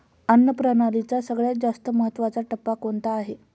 अन्न प्रणालीचा सगळ्यात जास्त महत्वाचा टप्पा कोणता आहे?